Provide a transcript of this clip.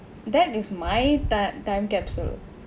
that is my time time capsule